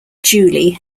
julie